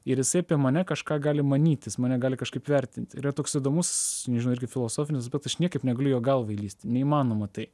ir jisai apie mane kažką gali manyti jis mane gali kažkaip vertint yra toks įdomus irgi filosofinis bet aš niekaip negaliu į jo galvą įlįsti neįmanoma tai